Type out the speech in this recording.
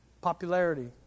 popularity